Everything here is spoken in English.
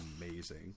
amazing